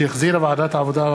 שהחזירה ועדת העבודה,